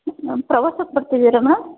ma'am ಪ್ರವಾಸಕ್ಕೆ ಬರ್ತಿದ್ದೀರಾ ma'am